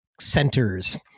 centers